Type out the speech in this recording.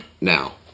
now